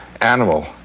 animal